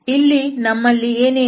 ಈಗ ನಮ್ಮಲ್ಲಿ ಏನೇನಿದೆ